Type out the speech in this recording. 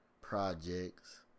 projects